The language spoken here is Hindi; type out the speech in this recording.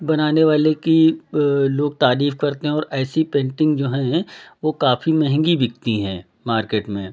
बनाने वाले की लोग तारीफ़ करते हैं और ऐसी पेन्टिंग जो हैं वो काफ़ी महंगी बिकती हैं मार्केट में